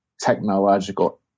technological